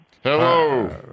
Hello